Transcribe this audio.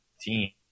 team